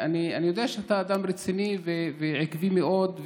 אני יודע שאתה אדם רציני ועקבי מאוד,